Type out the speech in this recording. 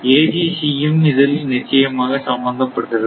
AGC ம் இதில் நிச்சயமாக சம்பந்தப்பட்டிருக்கும்